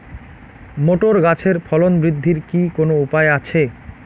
Motor গাছের ফলন বৃদ্ধির কি কোনো উপায় আছে?